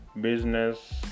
business